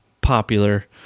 popular